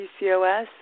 PCOS